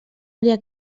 àrea